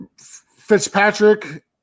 Fitzpatrick